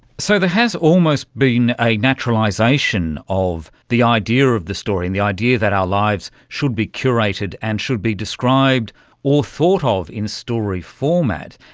so there has almost been a naturalisation of the idea of the story and the idea that our lives should be curated and should be described or thought ah of in story format.